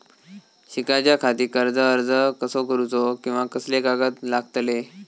शिकाच्याखाती कर्ज अर्ज कसो करुचो कीवा कसले कागद लागतले?